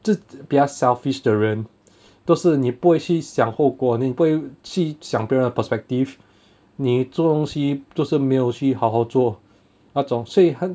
这比较 selfish 的人都是你不会去想后果你不会去想别人的 perspective 你做东西就是没有去好好做那种所以他